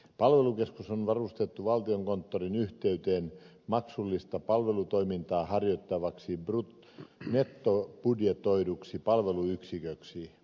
palvelukeskus on varustettu valtiokonttorin yhteyteen maksullista palvelutoimintaa harjoittavaksi nettobudjetoiduksi palveluyksiköksi